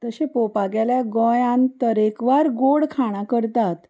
तशें पोवपाक गेल्यार गोंयांत तरेकवार गोड खाणां करतात